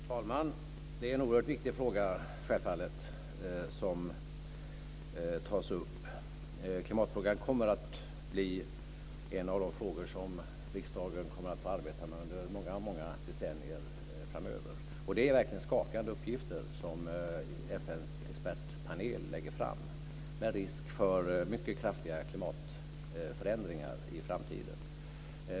Fru talman! Det är självfallet en oerhört viktig fråga som tas upp. Klimatfrågan kommer att bli en av de frågor som riksdagen kommer att få arbeta med under många decennier framöver. Det är verkligen skakande uppgifter som FN:s expertpanel lägger fram, med risk för mycket kraftiga klimatförändringar i framtiden.